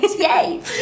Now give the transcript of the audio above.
Yay